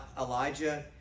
Elijah